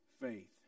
faith